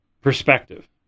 perspective